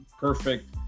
perfect